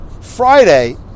friday